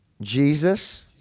Jesus